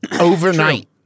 overnight